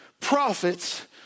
prophets